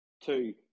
Two